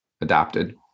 adopted